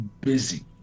busy